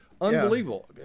unbelievable